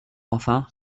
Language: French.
enfin